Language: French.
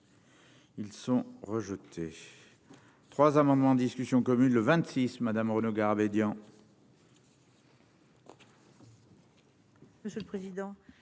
Ils sont rejetés, 3 amendements en discussion commune le 26 Madame Garabédian.